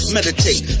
Meditate